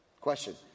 Question